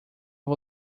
vou